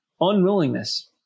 unwillingness